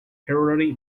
parody